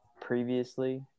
previously